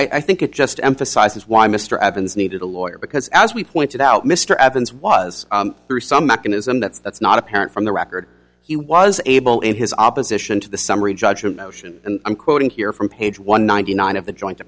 honor i think it just emphasizes why mr evans needed a lawyer because as we pointed out mr evans was through some mechanism that that's not apparent from the record he was able in his opposition to the summary judgment motion and i'm quoting here from page one ninety nine of the joint